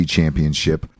Championship